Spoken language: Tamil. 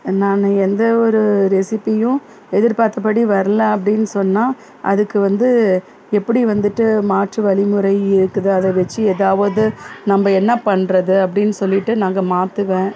நான் எந்த ஒரு ரெசிபியும் எதிர்பார்த்தபடி வரலை அப்டின்னு சொன்னால் அதுக்கு வந்து எப்படி வந்துட்டு மாற்று வழிமுறை இருக்குது அதை வெச்சு ஏதாவது நம்ப என்ன பண்ணுறது அப்டின்னு சொல்லிவிட்டு நாங்கள் மாற்றுவேன்